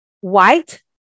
White